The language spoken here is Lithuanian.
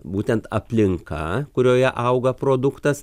būtent aplinka kurioje auga produktas